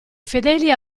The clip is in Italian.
fedeli